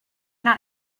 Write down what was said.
not